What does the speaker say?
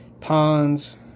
ponds